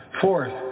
Fourth